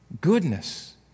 Goodness